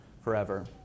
forever